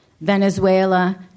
Venezuela